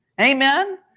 Amen